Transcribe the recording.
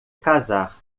casar